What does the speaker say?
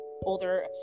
older